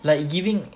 like giving